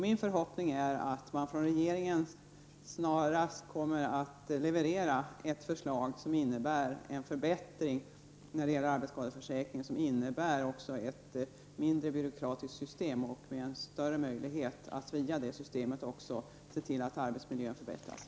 Min förhoppning är att regeringen snarast kommer att leverera ett förslag om en förbättring av arbetsskadeförsäkringen, som innebär ett mindre byråkratiskt system och en större möjlighet att via systemet se till att arbetsmiljön förbättras.